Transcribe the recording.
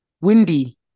windy